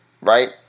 right